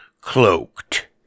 cloaked